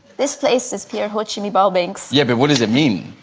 this place is here watching me ball banks. yeah, but what does it mean